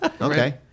Okay